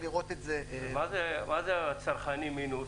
מה זה הצרכני מינוס?